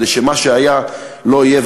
כדי שמה שהיה לא יהיה.